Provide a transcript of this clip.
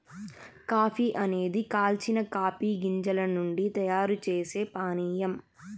coffee అనేది కాల్చిన coffee గింజల నుండి తయారు చేసే పానీయం